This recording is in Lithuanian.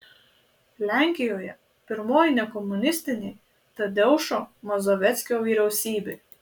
lenkijoje pirmoji nekomunistinė tadeušo mazoveckio vyriausybė